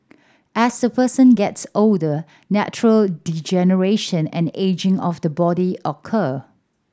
as a person gets older natural degeneration and ageing of the body occur